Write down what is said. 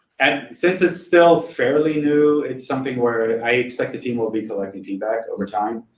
and since it's still fairly new, it's something where i expect the team will be collecting feedback over time,